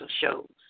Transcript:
shows